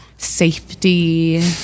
safety